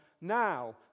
Now